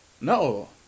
No